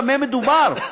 במה מדובר.